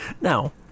Now